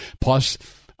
plus